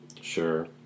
Sure